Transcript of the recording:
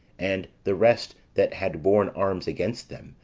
and the rest that had borne arms against them,